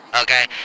Okay